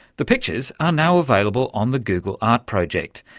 the pictures are now available on the google art project,